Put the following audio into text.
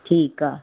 ठीकु आहे